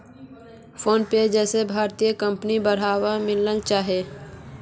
PhonePe जैसे भारतीय कंपनिक बढ़ावा मिलना चाहिए